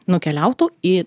nukeliautų į